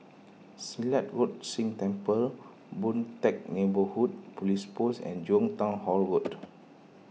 Silat Road Sikh Temple Boon Teck Neighbourhood Police Post and Jurong Town Hall Road